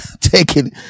Taking